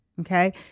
Okay